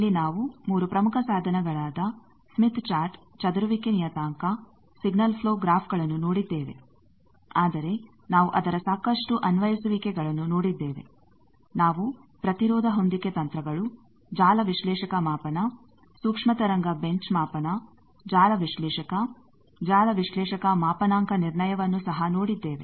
ಇಲ್ಲಿ ನಾವು 3 ಪ್ರಮುಖ ಸಾಧನಗಳಾದ ಸ್ಮಿತ್ ಚಾರ್ಟ್ ಚದುರುವಿಕೆ ನಿಯತಾಂಕ ಸಿಗ್ನಲ್ ಪ್ಲೋ ಗ್ರಾಫ್ಗಳನ್ನು ನೋಡಿದ್ದೇವೆ ಆದರೆ ನಾವು ಅದರ ಸಾಕಷ್ಟು ಅನ್ವಯಿಸುವಿಕೆಗಳನ್ನು ನೋಡಿದ್ದೇವೆ ನಾವು ಪ್ರತಿರೋಧ ಹೊಂದಿಕೆ ತಂತ್ರಗಳು ಜಾಲ ವಿಶ್ಲೇಷಕ ಮಾಪನ ಸೂಕ್ಷ್ಮ ತರಂಗ ಬೆಂಚ್ ಮಾಪನ ಜಾಲ ವಿಶ್ಲೇಷಕ ಜಾಲ ವಿಶ್ಲೇಷಕ ಮಾಪನಾಂಕ ನಿರ್ಣಯವನ್ನು ಸಹ ನೋಡಿದ್ದೇವೆ